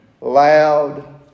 Loud